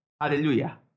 Hallelujah